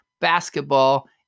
basketball